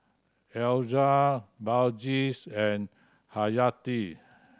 Elyas Balqis and Haryati